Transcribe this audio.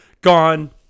gone